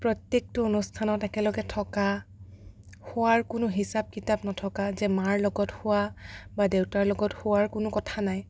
প্ৰত্য়েকটো অনুষ্ঠানত একেলগে থকা শুৱাৰ কোনো হিচাপ কিতাপ নথকা যে মাৰ লগত শুৱা বা দেউতাৰ লগত শুৱাৰ কোনো কথা নাই